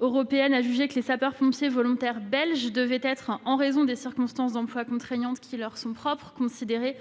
européenne a jugé que les sapeurs-pompiers volontaires belges devaient être, en raison des circonstances d'emploi contraignantes qui leur sont propres, considérés